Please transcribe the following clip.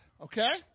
Okay